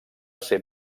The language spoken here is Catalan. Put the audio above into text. ser